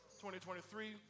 2023